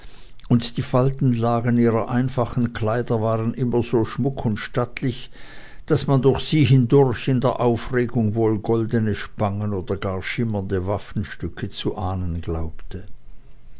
und die faltenlagen ihrer einfachen kleider waren immer so schmuck und stattlich daß man durch sie hindurch in der aufregung wohl goldene spangen oder gar schimmernde waffenstücke zu ahnen glaubte